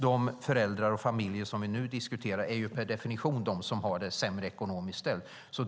De familjer och föräldrar som vi nu diskuterar är per definition de som har det sämre ekonomiskt ställt.